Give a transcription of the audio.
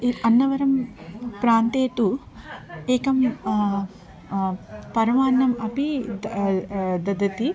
ये अन्नवरं प्रान्ते तु एकं परमान्नम् अपि ददति